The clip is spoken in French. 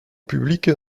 publique